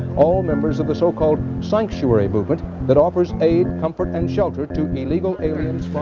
all members of the so-called sanctuary movement that offers aid, comfort, and shelter to illegal aliens,